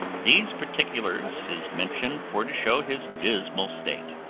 these particulars is mentioned for to show his dismal state,